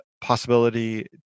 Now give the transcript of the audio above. possibility